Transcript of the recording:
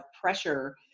pressure